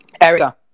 Erica